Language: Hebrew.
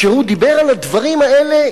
כשהוא דיבר על הדברים האלה,